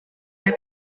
have